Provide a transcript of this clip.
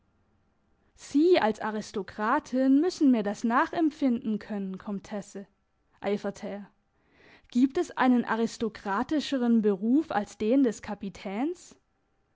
sie als aristokratin müssen mir das nachempfinden können komtesse eiferte er gibt es einen aristokratischeren beruf als den des kapitäns